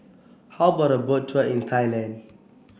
how about a Boat Tour in Thailand